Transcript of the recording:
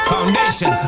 Foundation